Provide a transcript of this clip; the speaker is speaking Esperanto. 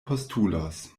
postulos